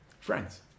Friends